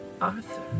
Arthur